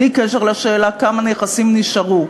בלי קשר לשאלה כמה נכסים נשארו.